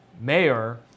Mayor